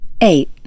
Eight